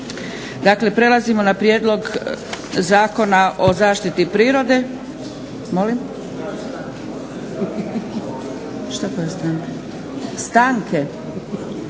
Dakle prelazimo na - Prijedlog Zakona o zaštiti prirode,